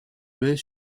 baies